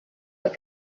but